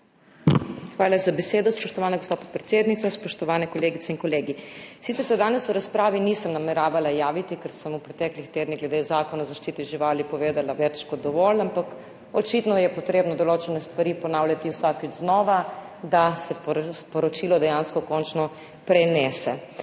Hvala za besedo, spoštovana gospa podpredsednica. Spoštovane kolegice in kolegi. Sicer se danes v razpravi nisem nameravala javiti, ker sem v preteklih tednih glede Zakona o zaščiti živali povedala več kot dovolj, ampak **81. TRAK: (TB) – 18.40** (nadaljevanje) očitno je potrebno določene stvari ponavljati vsakič znova, da se sporočilo dejansko končno prenese.